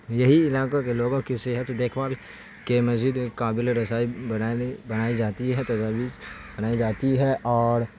یہی علاقوں کے لوگوں کی صحت دیکھ بھال کے مزید قابل رسائی بنائی گئی بنائی جاتی ہے تجاویز بنائی جاتی ہے اور